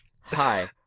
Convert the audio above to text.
Hi